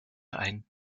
ein